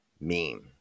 meme